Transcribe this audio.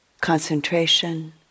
concentration